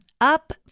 Up